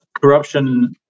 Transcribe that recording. Corruption